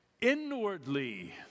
inwardly